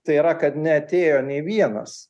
tai yra kad neatėjo nei vienas